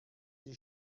die